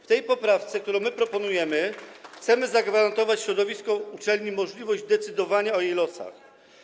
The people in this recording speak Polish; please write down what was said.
W tej poprawce, którą proponujemy, chcemy zagwarantować środowisku uczelni możliwość decydowania o jej losach.